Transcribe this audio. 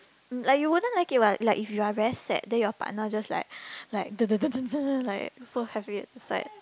um like you wouldn't like it what like if you are very sad then your partner just like like da da da da da like so happy inside like